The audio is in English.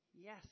Yes